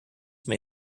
may